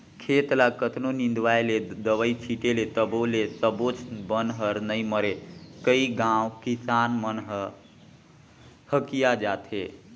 खेत ल कतनों निंदवाय ले, दवई छिटे ले तभो ले सबोच बन हर नइ मरे कई घांव किसान मन ह हकिया जाथे